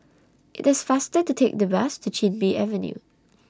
IT IS faster to Take The Bus to Chin Bee Avenue